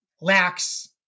Lacks